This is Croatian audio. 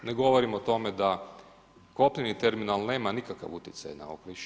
Ne govorim o tome da kopneni terminal nema nikakav utjecaj na okoliš.